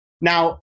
Now